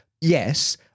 Yes